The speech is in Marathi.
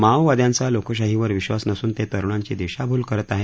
माओवाद्यांचा लोकशाहीवर विश्वास नसून ते तरुणांची दिशाभूल करत आहेत